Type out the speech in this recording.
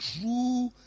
true